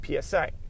PSA